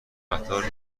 قطار